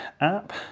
app